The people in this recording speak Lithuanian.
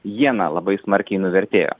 iena labai smarkiai nuvertėjo